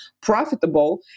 profitable